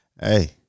hey